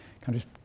countries